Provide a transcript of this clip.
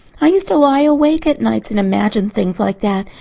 i used to lie awake at nights and imagine things like that,